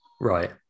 Right